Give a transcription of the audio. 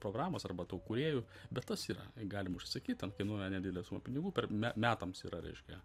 programos arba tų kūrėjų bet tas yra galima užsisakyt ten kainuoja nedidelę sumą pinigų per metams yra reiškia